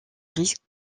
risque